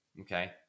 okay